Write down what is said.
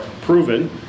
proven